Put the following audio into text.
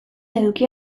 eduki